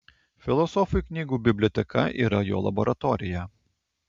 filosofui knygų biblioteka yra jo laboratorija